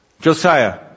Josiah